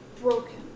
broken